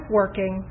working